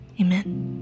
Amen